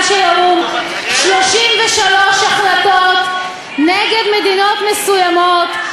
של האו"ם 33 החלטות נגד מדינות מסוימות,